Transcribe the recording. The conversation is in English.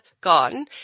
gone